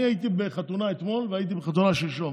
אני הייתי בחתונה אתמול והייתי בחתונה שלשום.